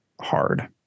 hard